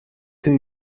two